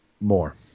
More